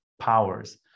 powers